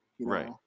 Right